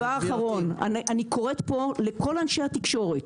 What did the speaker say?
דבר אחרון, אני קוראת פה לכל אנשי התקשורת,